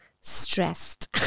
Stressed